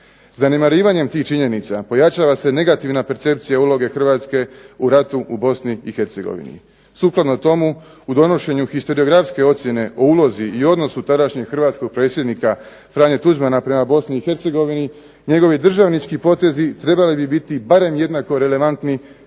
Zanemarivanjem tih činjenica pojačava se negativna percepcija uloge Hrvatske u ratu u Bosni i Hercegovini. Sukladno tomu u donošenju historiografske ocjene o ulozi i odnosu tadašnjeg Hrvatskog predsjednika Franje Tuđmana prema Bosni i Hercegovini njegovi državnički potezi trebali bi biti barem jednako relevantni